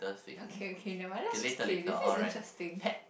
okay okay never mind let's play this this is interesting